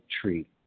tree